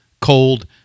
Cold